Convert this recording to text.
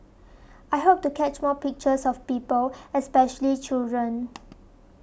I hope to catch more pictures of people especially children